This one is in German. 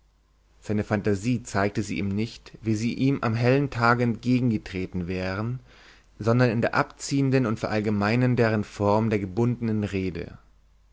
seine phantasie zeigte sie ihm nicht wie sie ihm am hellen tage entgegen getreten wären sondern in der abziehenden und verallgemeinernden form der gebundenen rede